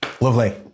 Lovely